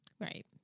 Right